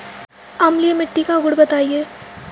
अम्लीय मिट्टी का गुण बताइये